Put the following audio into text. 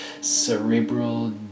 cerebral